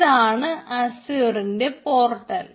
ഇതാണ് അസ്യൂറിന്റെ പോർട്ടൽ